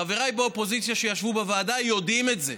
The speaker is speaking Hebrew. חבריי באופוזיציה שישבו בוועדה יודעים את זה.